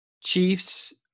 Chiefs